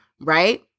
right